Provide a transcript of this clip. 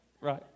Right